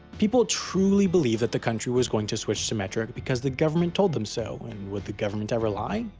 people truly believed that the country was going to switch to metric because the government told them so and would the government ever lie?